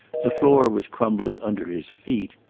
the floor was crumbling under his feet,